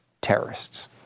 terrorists